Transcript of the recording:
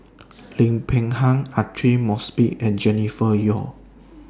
Lim Peng Han Aidli Mosbit and Jennifer Yeo